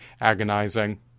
agonizing